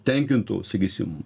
tenkintų sakysim